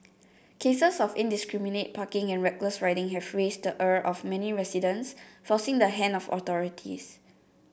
cases of indiscriminate parking and reckless riding have raised the ire of many residents forcing the hand of authorities